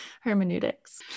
hermeneutics